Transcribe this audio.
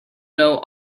know